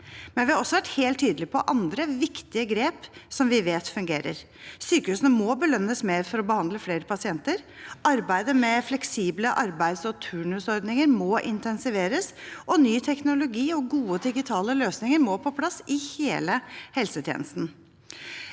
vi har også vært helt tydelige på andre, viktige grep som vi vet fungerer. Sykehusene må belønnes mer for å behandle flere pasienter. Arbeidet med fleksible arbeids- og turnusordninger må intensiveres, og ny teknologi og gode digitale løsninger må på plass i hele helsetjenesten.